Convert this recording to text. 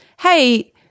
hey